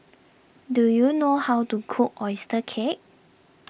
do you know how to cook Oyster Cake